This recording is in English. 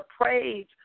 praise